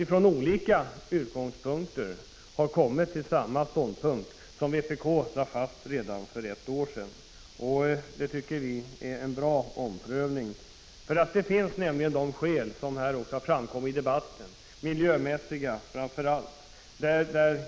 1985/86:50 utgångspunkter, har kommit till samma ståndpunkt som vpk lade fast redan — 12 december 1985 för ett år sedan. Det tycker vi är en bra omprövning. Det finns nämligen skäl för den uppfattningen, framför allt miljömässiga, vilket också har framkommit i debatten.